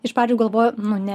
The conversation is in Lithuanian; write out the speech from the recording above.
iš pradžių galvojau nu ne